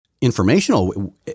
informational